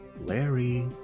Larry